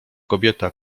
kobieta